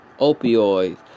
opioids